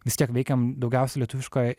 vis tiek veikiam daugiausiai lietuviškoj